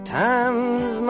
times